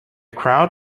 crowd